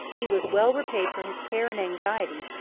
he was well repaid for his care and anxiety,